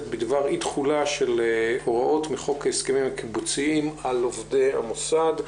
בדבר אי תחולה של הוראות מחוק ההסכמים הקיבוציים על עובדי המוסד.